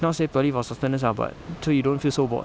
not say purely for sustenance ah but so you don't feel so bored